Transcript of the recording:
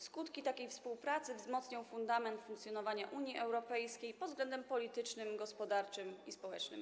Skutki takiej współpracy wzmocnią fundament funkcjonowania Unii Europejskiej pod względem politycznym, gospodarczym i społecznym.